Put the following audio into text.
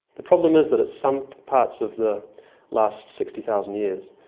the problem is that at some parts of the last sixty thousand years,